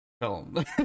film